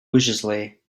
viciously